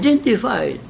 identified